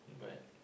but